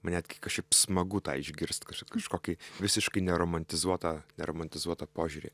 man netgi kašaip smagu tai išgirst kažkokį visiškai neromantizuota neromantizuota požiūrį